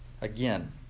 Again